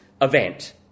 event